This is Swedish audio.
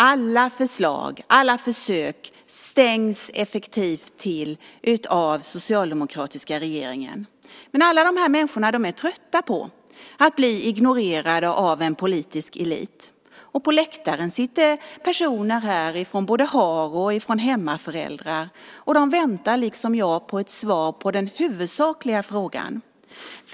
Alla förslag och försök stängs effektivt av från den socialdemokratiska regeringen. Men alla dessa människor är trötta på att bli ignorerade av en politisk elit. Och på läktaren sitter personer från både Haro och från Hemmaföräldrar, och de väntar, liksom jag, på ett svar på den huvudsakliga frågan.